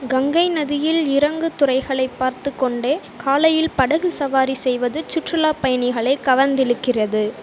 கங்கை நதியில் இறங்கு துறைகளைப் பார்த்துக் கொண்டே காலையில் படகு சவாரி செய்வது சுற்றுலாப் பயணிகளைக் கவர்ந்திழுக்கிறது